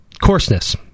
coarseness